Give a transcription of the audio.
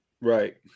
Right